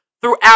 throughout